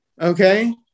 okay